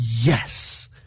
Yes